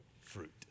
fruit